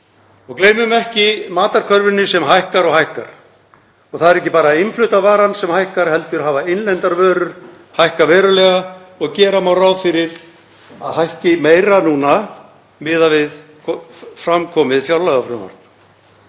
Og gleymum ekki matarkörfunni sem hækkar og hækkar. Og það er ekki bara innflutta varan sem hækkar heldur hafa innlendar vörur hækkað verulega og gera má ráð fyrir að þær hækki meira miðað við fram komið fjárlagafrumvarp.